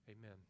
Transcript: Amen